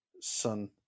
son